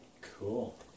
Cool